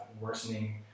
worsening